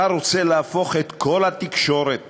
אתה רוצה להפוך את כל התקשורת